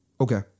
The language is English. Okay